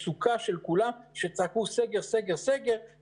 בארץ שסיימו בית ספר לרפואה,